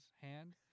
hand